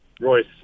Royce